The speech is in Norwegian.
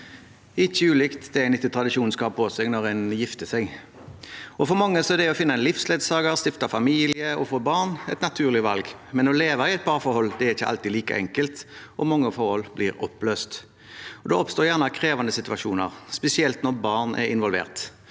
ulikt det en etter tradisjonen skal ha på seg når en gifter seg. For mange er det å finne en livsledsager, stifte familie og få barn et naturlig valg, men å leve i et parforhold er ikke alltid like enkelt, og mange forhold blir oppløst. Da oppstår gjerne krevende situasjoner, spesielt når barn er involvert.